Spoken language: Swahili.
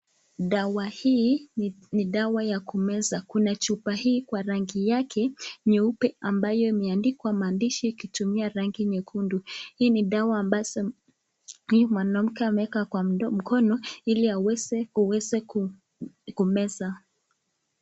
Dawa hii ni dawa ya kumeza, kuna chupa hii kwa rangi yake nyeupe ambayo imeandikwa maandishi kutumia rangi nyekundu, hii ni dawa ambazo huyu mwanamke ameeka kwa mkono ili aweze kuweza kumeza.